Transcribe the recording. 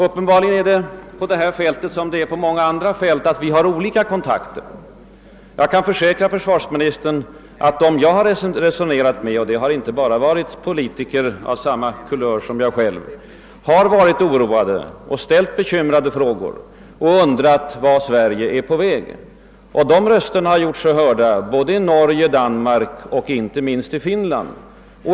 Uppenbarligen är det på detta fält som på många andra så att vi har olika kontakter. Jag kan försäkra försvarsministern att de som jag har resonerat med — och det har inte bara varit politiker av samma kulör som jag själv — har varit oroade, ställt bekymrade frågor och undrat vart Sverige är på väg. De rösterna har gjort sig hörda i både Norge, Danmark och — inte minst — Finland.